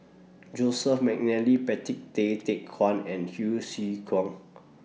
Joseph Mcnally Patrick Tay Teck Guan and Hsu Tse Kwang